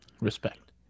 Respect